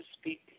speak